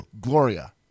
gloria